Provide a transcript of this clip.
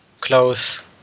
close